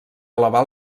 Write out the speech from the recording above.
elevar